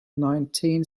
nineteen